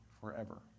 forever